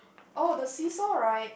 oh the seesaw right